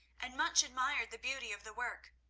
and much admired the beauty of the work.